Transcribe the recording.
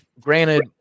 Granted